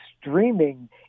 streaming